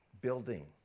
building